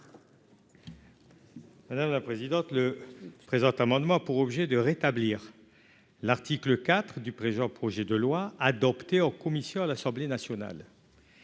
Madame la présidente, le présent amendement a pour objet de rétablir l'article IV du présent projet de loi adopté en commission à l'Assemblée nationale.